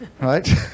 right